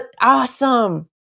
Awesome